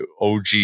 OG